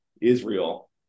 Israel